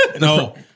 No